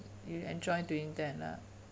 you enjoy doing that lah